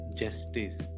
justice